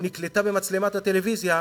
שנקלטה במצלמת הטלוויזיה,